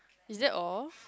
is that all